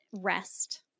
rest